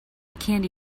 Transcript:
candy